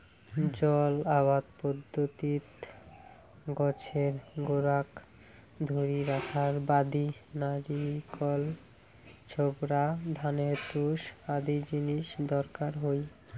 জল আবাদ পদ্ধতিত গছের গোড়াক ধরি রাখার বাদি নারিকল ছোবড়া, ধানের তুষ আদি জিনিস দরকার হই